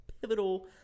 pivotal